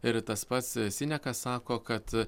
ir tas pats sinekas sako kad